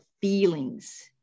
feelings